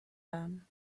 waren